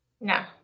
No